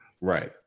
Right